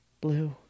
blue